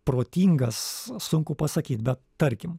protingas sunku pasakyt bet tarkim